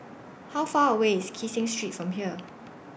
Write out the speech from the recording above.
How Far away IS Kee Seng Street from here